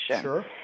Sure